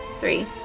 Three